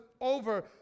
over